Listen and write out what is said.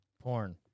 porn